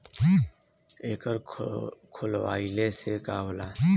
एकर खोलवाइले से का होला?